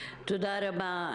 רן, תודה רבה.